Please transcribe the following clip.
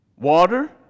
Water